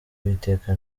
uwiteka